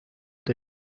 day